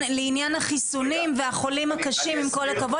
החיסונים והחולים הקשים עם כל הכבוד,